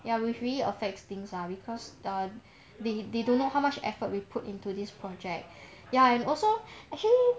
ya which really affects things ah because the they they don't know how much effort we put into this project ya and also actually